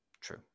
True